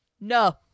no